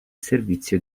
servizio